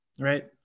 Right